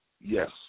Yes